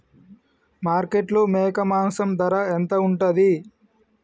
మార్కెట్లో మేక మాంసం ధర ఎంత ఉంటది?